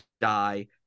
die